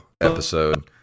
episode